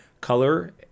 color